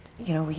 you know,